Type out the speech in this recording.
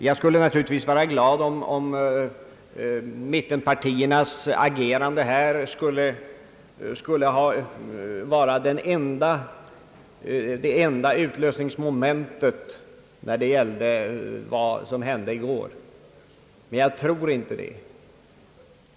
Jag skulle naturligtvis vara smickrad om mittenpartiernas agerande här skulle ha varit det enda utlösningsmomentet för vad som hände i går men jag tror inte att så var fallet.